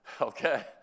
Okay